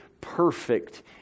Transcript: perfect